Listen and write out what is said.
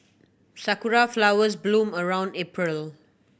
sakura flowers bloom around April